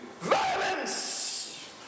violence